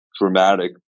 dramatic